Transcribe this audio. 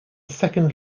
second